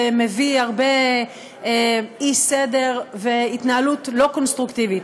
ומביא הרבה אי-סדר והתנהלות לא קונסטרוקטיבית.